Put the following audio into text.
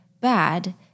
bad